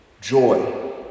joy